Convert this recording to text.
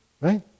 right